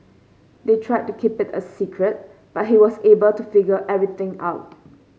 they tried to keep it a secret but he was able to figure everything out